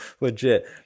legit